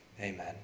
Amen